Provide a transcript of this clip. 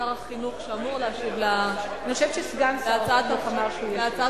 שר החינוך שאמור להשיב על הצעת החוק,